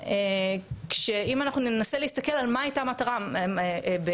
אם ננסה להסתכל על מה הייתה המטרה ואיך